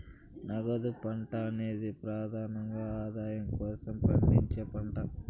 నగదు పంట అనేది ప్రెదానంగా ఆదాయం కోసం పండించే పంట